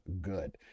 good